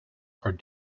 are